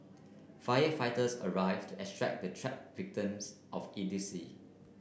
firefighters arrived to extract the trapped victims of idiocy